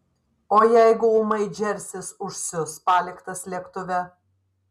o jeigu ūmai džersis užsius paliktas lėktuve